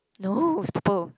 no is purple